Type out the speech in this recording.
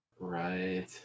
Right